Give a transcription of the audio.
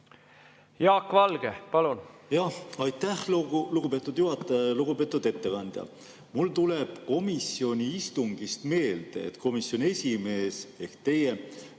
Jaak Valge, palun!